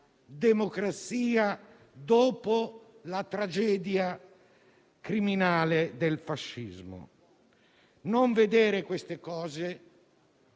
democrazia, dopo la tragedia criminale del fascismo. Non vedere queste cose